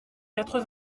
quatre